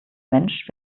mensch